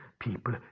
people